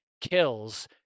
kills